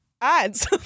Ads